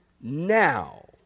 now